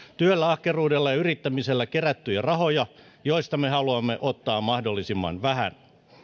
ahkeruudella ja yrittämisellä kerättyjä rahoja joista me haluamme ottaa mahdollisimman vähän